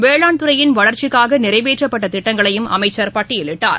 வேளாண் துறையின் வளர்ச்சிக்காகநிறைவேற்றப்பட்டதிட்டங்களையும் அமைச்சர் பட்டியலிட்டார்